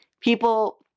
people